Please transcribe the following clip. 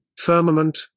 firmament